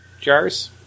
jars